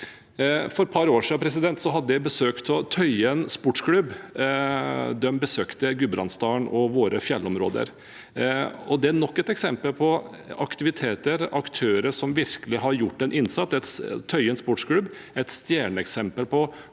For et par år siden hadde jeg besøk av Tøyen Sportsklubb. Den besøkte Gudbrandsdalen og våre fjellområder. Det er nok et eksempel på aktiviteter og aktører som virkelig har gjort en innsats. Tøyen Sportsklubb er et stjerneeksempel på